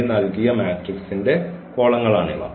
ഈ നൽകിയ മാട്രിക്സിന്റെ നിരകളാണിവ